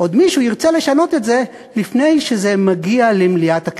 עוד מישהו ירצה לשנות את זה לפני שזה מגיע למליאת הכנסת.